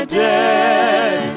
dead